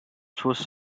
出使